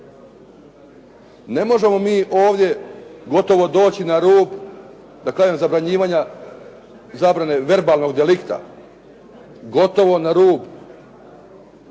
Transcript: Ne možemo mi ovdje gotovo doći na rub, da kažem zabranjivanja, zabrane verbalnog delikta, gotovo na rub